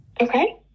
Okay